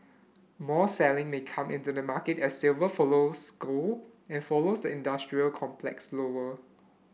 more selling may come into the market as silver follows gold and follows the industrial complex lower